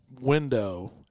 window